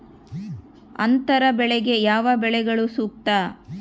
ಅಂತರ ಬೆಳೆಗೆ ಯಾವ ಬೆಳೆಗಳು ಸೂಕ್ತ?